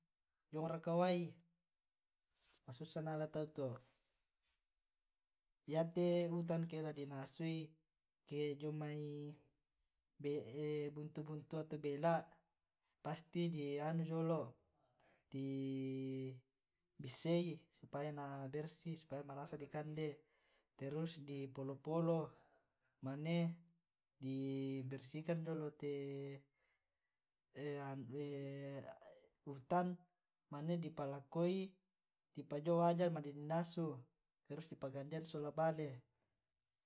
jiong raka wai masussa nala tau to' yate utan ake la di nasui ke jomai buntu buntu atau bela pasti di anu jolo' di bissai supaya na bersih supaya marasa di kande terus di polo polo mane di bersihkan jolo te utan mane di palakoi di pajio wajan mane di nasu terus di pa'kandean sola bale